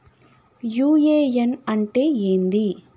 UAN అంటే ఏంది?